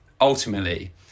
ultimately